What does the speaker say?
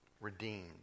Redeemed